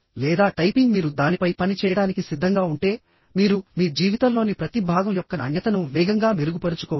లేదా టైపింగ్ మీరు దానిపై పని చేయడానికి సిద్ధంగా ఉంటే మీరు మీ జీవితంలోని ప్రతి భాగం యొక్క నాణ్యతను వేగంగా మెరుగుపరుచుకోవచ్చు